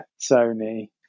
Sony